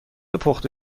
پخته